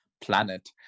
planet